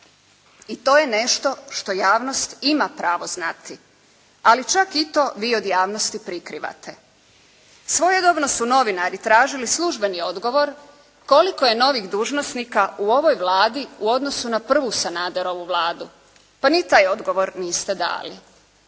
i to je nešto što javnost ima pravo znati. Ali čak i to, vi od javnosti prikrivate. Svojedobno su novinari tražili službeni odgovor koliko je novih dužnosnika u ovoj Vladi u odnosu na prvu Sanaderovu Vladu, pa ni taj odgovor niste dali.